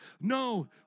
No